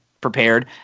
prepared